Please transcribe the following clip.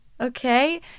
okay